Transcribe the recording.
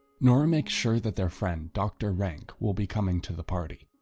nora makes sure that their friend doctor rank will be coming to the party.